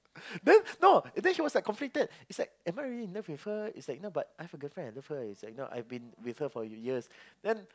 then no then he was conflicted is like am I really in love with her but I have a girlfriend I love her and I've been with her for years